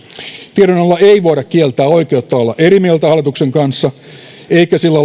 tiedonannolla ei voida kieltää oikeutta olla eri mieltä hallituksen kanssa eikä sillä